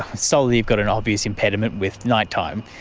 solar you've got an obvious impediment with night-time.